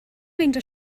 meindio